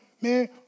man